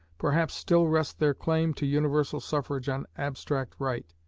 perhaps still rest their claim to universal suffrage on abstract right,